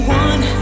one